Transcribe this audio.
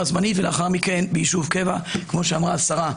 זמנית ולאחר מכן ביישוב קבע כמו שאמרה השרה.